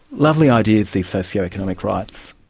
lovely ideas, these socio-economic rights,